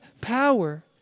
power